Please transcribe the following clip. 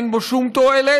אין בו שום תועלת,